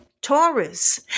Taurus